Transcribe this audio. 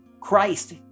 Christ